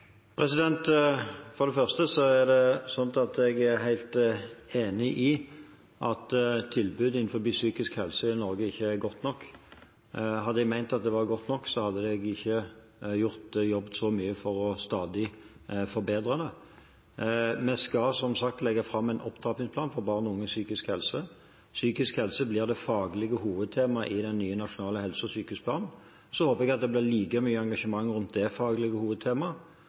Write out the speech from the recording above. For det første er jeg helt enig i at tilbudet innenfor psykisk helse i Norge ikke er godt nok. Hadde jeg ment at det var godt nok, hadde jeg ikke jobbet så mye for stadig å forbedre det. Vi skal som sagt legge fram en opptrappingsplan for barn og unges psykiske helse. Psykisk helse blir det faglige hovedtemaet i den nye nasjonale helse- og sykehusplanen. Jeg håper det blir like mye engasjement rundt dette faglige hovedtemaet som det var rundt det forrige faglige hovedtemaet,